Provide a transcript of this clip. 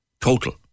total